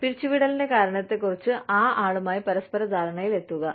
പിരിച്ചുവിടലിന്റെ കാരണത്തെക്കുറിച്ച് ആ ആളുമായി പരസ്പര ധാരണയിലെത്തുക